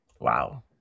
Wow